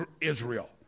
Israel